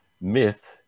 myth